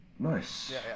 Nice